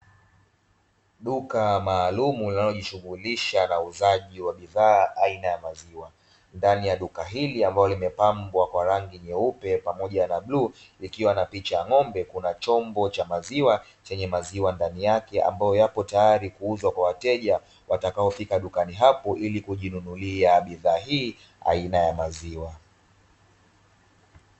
Duka maalumu linalojishughulisha na uuzaji wa bidhaa aina ya maziwa, ndani ya duka hili ambalo limepambwa kwa rangi nyeupe pamoja na bluu. Likiwa na picha ya ng’ombe, kuna chombo cha maziwa chenye maziwa ndani yake ambayo yapo tayari kuuzwa kwa wateja, watakaofika dukani hapo ili kujinunulia bidhaa hii aina ya maziwa.